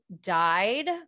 died